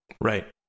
Right